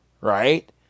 right